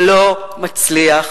לא מצליח,